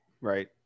Right